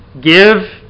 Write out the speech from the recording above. Give